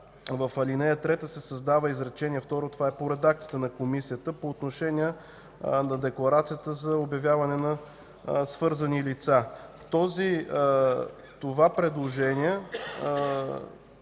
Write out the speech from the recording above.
в ал. 3 се създава изречение второ – това е по редакцията на Комисията по отношение на Декларацията за обявяване на свързани лица. Предложението